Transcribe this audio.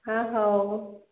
ହଁ ହେଉ